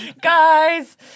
Guys